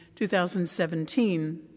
2017